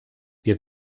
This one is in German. wir